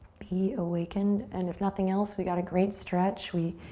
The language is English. be awakened, and if nothing else, we got a great stretch. we